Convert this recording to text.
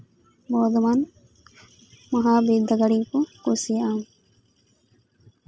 ᱵᱚᱨᱫᱷᱚᱢᱟᱱ ᱢᱚᱦᱟᱵᱤᱨᱫᱟᱹᱜᱟᱲ ᱜᱮᱠᱚ ᱠᱩᱥᱤᱭᱟᱜᱼᱟ